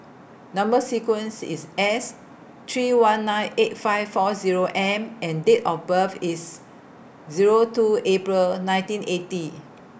Number sequence IS S three one nine eight five four Zero M and Date of birth IS Zero two April nineteen eighty